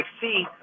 see